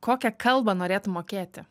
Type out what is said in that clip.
kokia kalbą norėtum mokėti